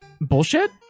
bullshit